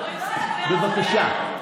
בבקשה.